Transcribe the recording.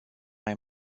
mai